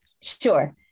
Sure